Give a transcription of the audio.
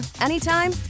anytime